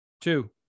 Two